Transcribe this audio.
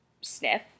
sniff